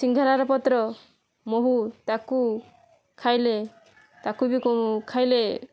ସିଙ୍ଗରାର ପତ୍ର ମହୁ ତାକୁ ଖାଇଲେ ତାକୁ ବି କେଉଁ ଖାଇଲେ